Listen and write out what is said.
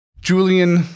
Julian